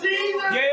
Jesus